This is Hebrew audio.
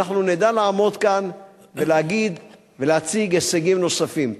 אנחנו נדע לעמוד כאן ולהציג הישגים נוספים.